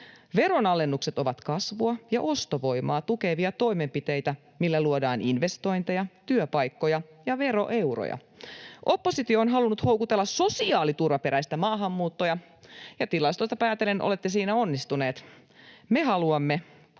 Veronalennukset ovat kasvua ja ostovoimaa tukevia toimenpiteitä, millä luodaan investointeja, työpaikkoja ja veroeuroja. Oppositio on halunnut houkutella sosiaaliturvaperäistä maahanmuuttoa, ja tilastoista päätellen olette siinä onnistuneet. Me haluamme